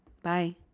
Bye